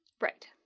Right